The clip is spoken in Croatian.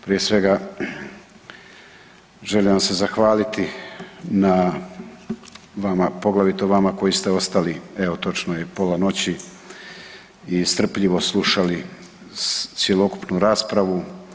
Prije svega želim vam se zahvaliti na, poglavito vama koji ste ostali evo točno je pola noći i strpljivo slušali cjelokupnu raspravu.